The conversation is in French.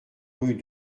rue